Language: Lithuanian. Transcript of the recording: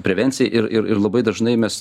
prevencijai ir ir ir labai dažnai mes